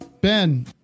Ben